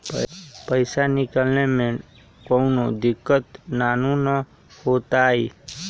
पईसा निकले में कउनो दिक़्क़त नानू न होताई?